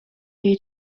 jej